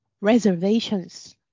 reservations